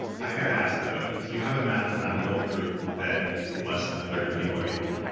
i gotta ask though, do you have a mathematical proof that less than a third of people are evil?